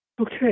okay